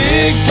Big